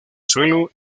suelo